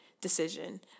decision